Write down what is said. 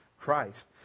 Christ